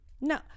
No